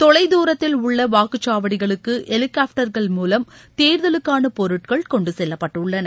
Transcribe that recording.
தொலை தூரத்தில் உள்ள வாக்குச் சாவடிகளுக்கு ஹெலிகாப்டர்கள் மூலம் தேர்தலுக்கான பொருட்கள் கொண்டு செல்லப்பட்டுள்ளன